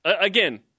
again